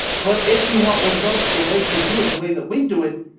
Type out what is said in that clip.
but if you want results, the way to do it, the way that we do it,